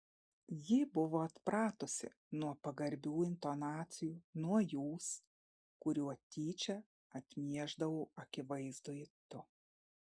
ji buvo atpratusi nuo pagarbių intonacijų nuo jūs kuriuo tyčia atmiešdavau akivaizdųjį tu